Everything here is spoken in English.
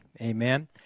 Amen